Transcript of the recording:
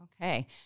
Okay